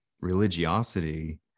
religiosity